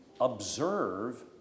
observe